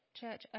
church